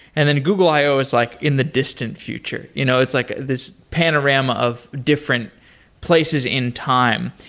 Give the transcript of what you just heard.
and then google i o is like in the distant future. you know it's like this panorama of different places in time.